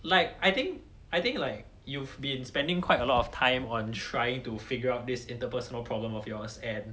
like I think I think like you've been spending quite a lot of time on trying to figure out this interpersonal problem of yours and